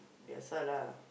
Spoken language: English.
that's why lah